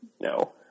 no